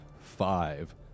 five